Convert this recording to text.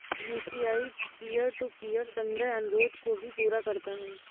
UPI peer to peer संग्रह अनुरोध को भी पूरा करता है